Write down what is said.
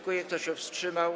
Kto się wstrzymał?